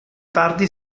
tardi